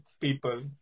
people